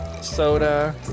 soda